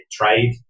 trade